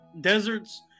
deserts